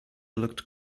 looked